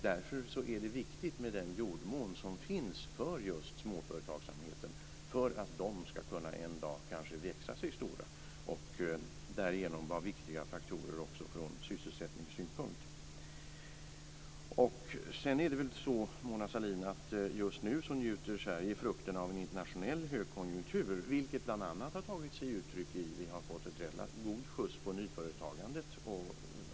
Därför är det viktigt med den jordmån som finns för just småföretagsamheten för att de små företagen kanske en dag ska kunna växa sig stora och därigenom också vara viktiga faktorer ur sysselsättningssynpunkt. Just nu, Mona Sahlin, njuter Sverige frukterna av en internationell högkonjunktur. Det har bl.a. tagit sig uttryck i att vi har fått en god skjuts på nyföretagandet.